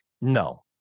No